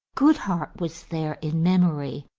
goodhart was there in memory,